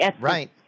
Right